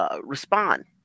Respond